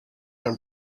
and